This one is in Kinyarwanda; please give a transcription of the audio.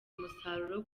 umusaruro